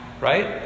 right